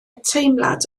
teimlad